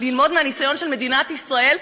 ללמוד מהניסיון של מדינת ישראל,